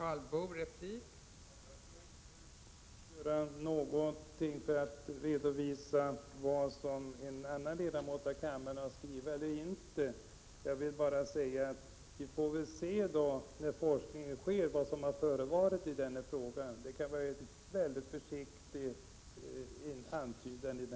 Fru talman! Jag skall inte göra något för att svara på vad en annan ledamot har skrivit eller inte. Vi får väl se vad efterforskningar ger om vad som har förevarit i denna fråga. Fru talman!